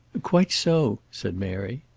quite so, said mary.